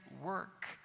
work